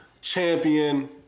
champion